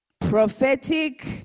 Prophetic